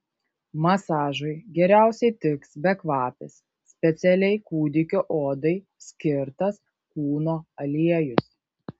masažui geriausiai tiks bekvapis specialiai kūdikio odai skirtas kūno aliejus